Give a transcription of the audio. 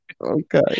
Okay